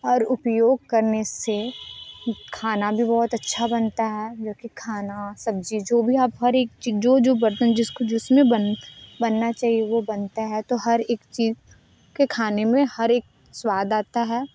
और उपयोग करने से खाना भी बहुत अच्छा बनता है जो कि खाना सब्ज़ी जो भी आप हर एक चीज़ जो जो बर्तन जिसको जिसमें बन बनना चाहिए वो बनता है तो हर एक चीज़ के खाने में हर एक स्वाद आता है